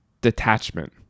detachment